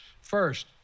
First